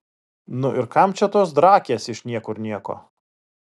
nu ir kam čia tos drakės iš niekur nieko